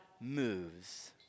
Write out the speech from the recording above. moves